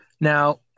Now